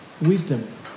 wisdom